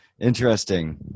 Interesting